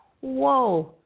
Whoa